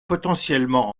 potentiellement